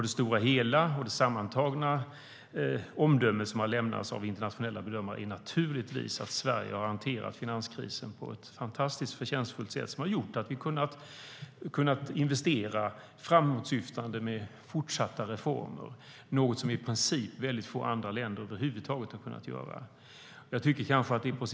Det sammantagna omdöme som har lämnats av internationella bedömare är naturligtvis att Sverige har hanterat finanskrisen på ett fantastiskt förtjänstfullt sätt, vilket har gjort att vi har kunnat investera framåtsyftande med fortsatta reformer - något som i princip väldigt få andra länder över huvud taget har kunnat göra.